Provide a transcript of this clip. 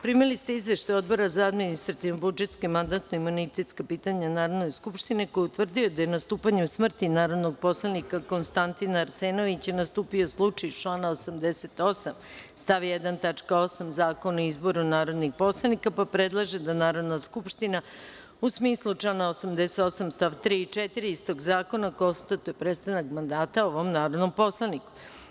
Primili ste Izveštaj Odbora za administrativno-budžetska i mandatsko-imunitetska pitanja Narodne skupštine koji je utvrdio da je nastupanjem smrti narodnog poslanika Konstantina Arsenovića nastupio slučaj iz člana 88. stav 1. tačka 8) Zakona o izboru narodnih poslanika, pa predlaže da Narodna skupština u smislu člana 88. stav 3. i 4. istog zakona konstatuje prestanak mandata ovom narodnom poslaniku.